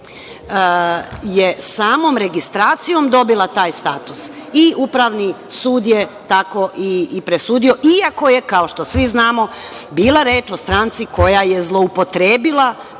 je samom registracijom dobila taj status i Upravni sud je tako i presudio, i ako je kao što svi znamo bila reč o stranci koja je zloupotrebila